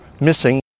missing